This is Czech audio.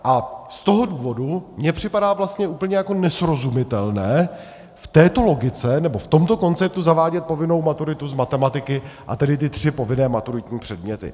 Z toho důvodu mně připadá vlastně úplně jako nesrozumitelné v této logice nebo v tomto konceptu zavádět povinnou maturitu z matematiky, a tedy ty tři povinné maturitní předměty.